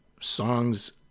songs